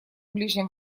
ближнем